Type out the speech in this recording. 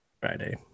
Friday